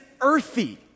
earthy